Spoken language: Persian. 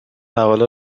مقاله